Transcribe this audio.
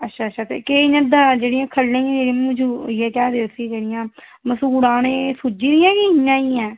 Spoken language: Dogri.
अच्छा अच्छा ते केह् इ'यां दा जेह्ड़ियां ख'ल्ले इ'यां मज़ू केह् आखदे उस्सी जेह्ड़ियां मसूड़ां न एह् सुज्जी दियां कि इ'यां ई ऐ